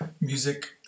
Music